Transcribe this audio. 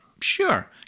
Sure